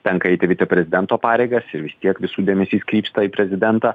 tenka eiti viceprezidento pareigas ir vis tiek visų dėmesys krypsta į prezidentą